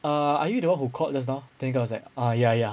err are you the one who called just now then the guy was like ah ya ya